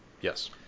Yes